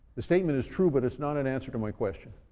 the statement is true, but it's not an answer to my question.